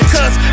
Cause